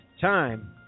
time